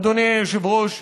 אדוני היושב-ראש,